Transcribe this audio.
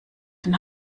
dem